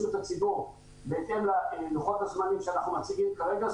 הציבור בהתאם לוחות הזמנים שאנחנו מציגים כרגע,